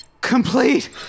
complete